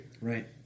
Right